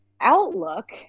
outlook